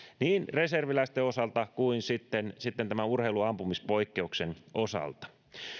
reserviläisten osalta kuin tämän urheiluampumispoikkeuksen osalta